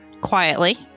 quietly